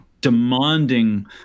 demanding